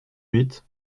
huit